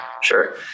Sure